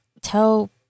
tell